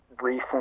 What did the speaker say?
recent